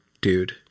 dude